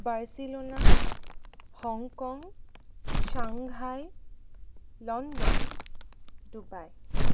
Barcelona Hong Kong Shanghai London Dubai